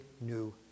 new